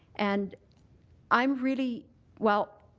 and i'm really well,